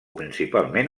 principalment